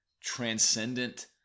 transcendent